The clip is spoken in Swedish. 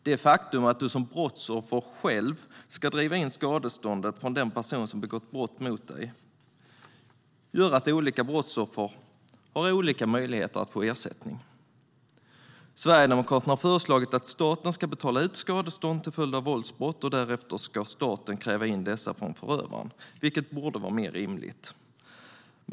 Det faktum att du som brottsoffer själv ska driva in skadeståndet från den person som har begått brott mot dig gör att olika brottsoffer har olika möjligheter att få ersättning. Sverigedemokraterna har föreslagit att staten ska betala ut skadestånd till följd av våldsbrott, och därefter ska staten kräva in dessa pengar från förövaren - vilket borde vara mer rimligt.